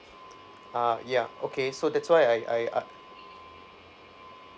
ah yeah okay so that's why I I uh